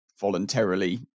voluntarily